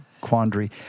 quandary